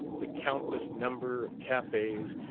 the countless number of cafes,